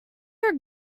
are